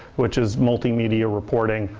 which is multi-media reporting,